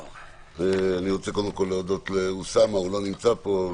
אני רוצה להודות לאוסאמה הוא לא נמצא פה.